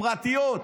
פרטיות,